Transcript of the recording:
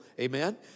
Amen